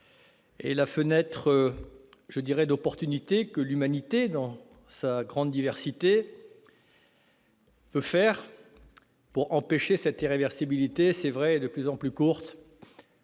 la fenêtre d'opportunité dont l'Humanité, dans sa grande diversité, peut bénéficier pour empêcher cette irréversibilité est, c'est vrai, de plus en plus étroite